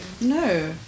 No